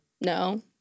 No